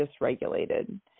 dysregulated